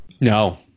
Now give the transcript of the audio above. No